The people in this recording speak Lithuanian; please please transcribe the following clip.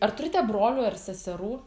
ar turite brolių ar seserų